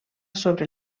sobre